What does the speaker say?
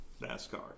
NASCAR